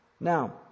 Now